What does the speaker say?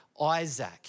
Isaac